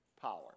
power